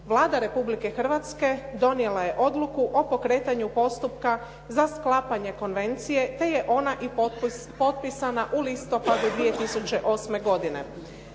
Vlada Republike Hrvatske donijela je odluku o pokretanju postupka za sklapanje konvencije, te je ona i potpisana u listopadu 2008. godine.